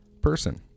person